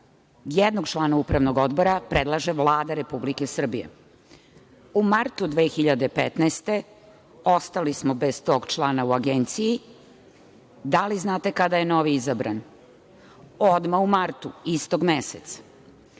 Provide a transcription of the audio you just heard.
jednog člana upravnog odbora predlaže Vlada Republike Srbije. U martu 2015. godine ostali smo bez tog člana u Agenciji, da li znate kada je novi izabran? Odmah u martu, istog meseca. Kada